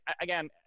again